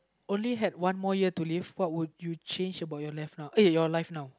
only had one more year to live what would you change about your life now uh your life now